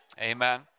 Amen